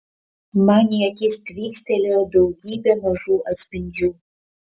man į akis tvykstelėjo daugybė mažų atspindžių